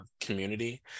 community